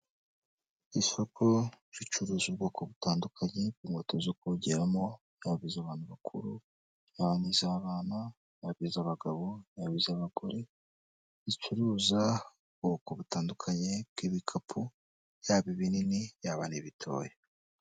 Isoko ricuruza ubwoko butandukanye bw'inkweto zo kogeramo, yaba iz'abantu bakuru yaba n'iz'abana, yaba iz'abagabo, yaba iz'abagore zicuruza ubwoko butandukanye bw'ibikapu yaba ibinini yaba n'ibitoya.